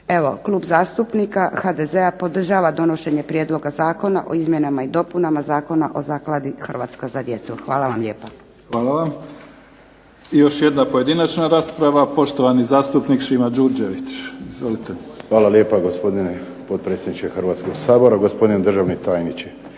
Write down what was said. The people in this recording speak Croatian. Evo, Klub zastupnika HDZ-a podržava donošenje Prijedloga zakona o izmjenama i dopunama Zakona o Zakladi "Hrvatska za djecu". Hvala vam lijepa. **Mimica, Neven (SDP)** Hvala. I još jedna pojedinačna rasprava, poštovani zastupnik Šima Đurđević. Izvolite. **Đurđević, Šimo (HDZ)** Hvala lijepa, gospodine potpredsjedniče Hrvatskoga sabora. Gospodine državni tajniče,